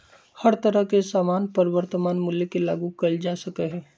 हर तरह के सामान पर वर्तमान मूल्य के लागू कइल जा सका हई